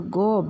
go